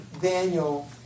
Daniel